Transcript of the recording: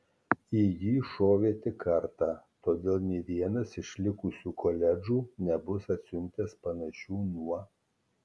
į jį šovė tik kartą todėl nė vienas iš likusių koledžų nebus atsiuntęs panašių nuo